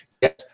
Yes